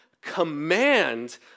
command